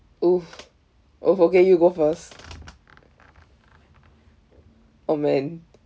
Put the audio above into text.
oh oh okay you go first oh man